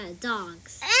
dogs